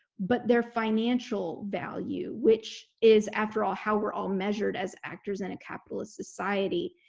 but their financial value, which is, after all, how we're all measured as actors in a capitalist society.